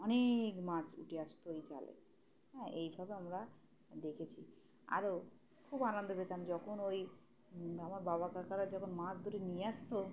অনেক মাছ উঠে আসতো ওই জালে হ্যাঁ এইভাবে আমরা দেখেছি আরও খুব আনন্দ পেতাম যখন ওই আমার বাবা কাকারা যখন মাছ ধরে নিয়ে আসতো